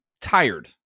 tired